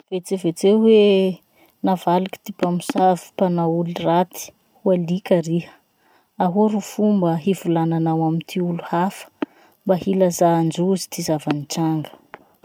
Vetsevetseo hoe navaliky ty mpamosavy mpanao oly raty ho alika riha. Ahoa ro fomba hivolananao amy ty olo hafa mba hilazàndrozy ty zava-nitranga?